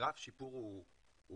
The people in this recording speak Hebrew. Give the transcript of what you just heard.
גרף השיפור הוא מתמיד